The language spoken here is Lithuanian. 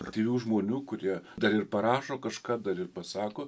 aktyvių žmonių kurie dar ir parašo kažką dar ir pasako